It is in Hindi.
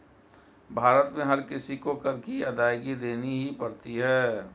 भारत में हर किसी को कर की अदायगी देनी ही पड़ती है